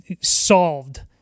solved